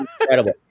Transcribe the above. incredible